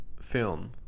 film